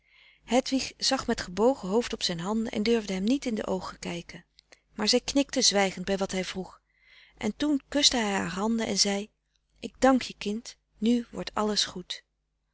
hedwig zag met gebogen hoofd op zijn handen en durfde hem niet in de oogen kijken maar zij knikte zwijgend bij wat hij vroeg en toen kuste hij haar handen en zei ik dank je kind nu wordt alles goed